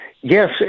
Yes